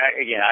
again